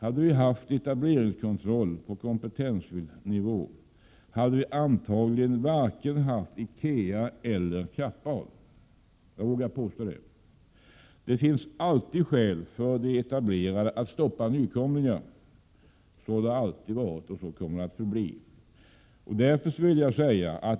Hade vi haft etableringskontroll med avseende på kompetensvillkorsnivå, vågar jag påstå att vi antagligen varken hade haft IKEA eller Kapp Ahl. Det finns alltid skäl för de etablerade att stoppa nykomlingar — så har det alltid varit, och så kommer det att förbli.